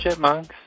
Chipmunks